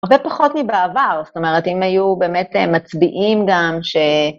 עובד פחות מבעבר זאת אומרת אם היו באמת מצביעים גם